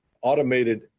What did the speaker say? automated